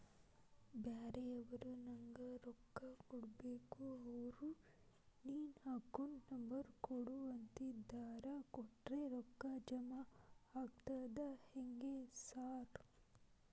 ಬ್ಯಾರೆವರು ನಂಗ್ ರೊಕ್ಕಾ ಕೊಡ್ಬೇಕು ಅವ್ರು ನಿನ್ ಅಕೌಂಟ್ ನಂಬರ್ ಕೊಡು ಅಂತಿದ್ದಾರ ಕೊಟ್ರೆ ರೊಕ್ಕ ಜಮಾ ಆಗ್ತದಾ ಹೆಂಗ್ ಸಾರ್?